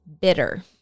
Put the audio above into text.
bitter